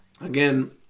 Again